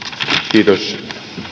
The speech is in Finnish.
kiitos